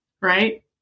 right